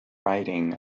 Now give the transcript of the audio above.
riding